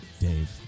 Dave